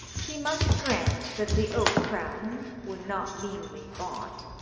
he must grant that the oak-crown, when not meanly bought,